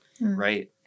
Right